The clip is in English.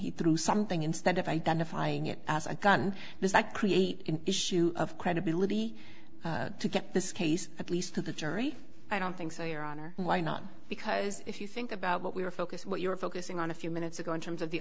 he threw something instead of identifying it as a gun does that create an issue of credibility to get this case at least to the jury i don't think so your honor why not because if you think about what we were focused what you were focusing on a few minutes ago in terms of the